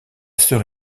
sœur